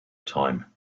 time